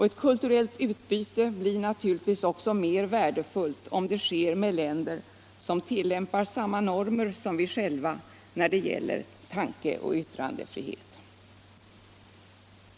Ett kulturellt utbyte blir naturligtvis också mer värdefullt om det sker med länder som tillämpar samma normer som vi själva när det gäller tanke och Kulturpolitiken yttrandefrihet.